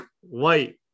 White